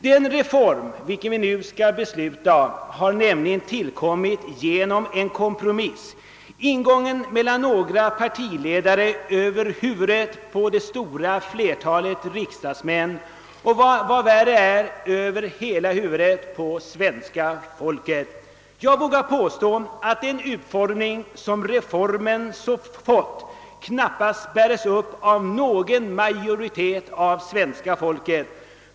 Den reform vi nu skall fatta beslut om har tillkommit genom en kompromiss, ingången mellan några partiledare över huvudet på det stora flertalet riksdagsmän och — vad värre är — över huvudet på hela svenska folket. Jag vågar påstå att den utformning som reformen fått knappast bäres upp av någon majoritet av svenska folket.